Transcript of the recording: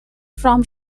from